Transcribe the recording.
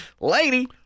Lady